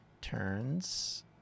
turns